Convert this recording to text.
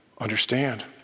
Understand